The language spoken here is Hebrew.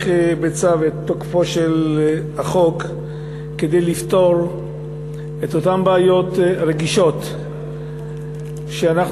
בצו את תוקפו של החוק כדי לפתור את אותן בעיות רגישות שאנחנו,